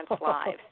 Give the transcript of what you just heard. lives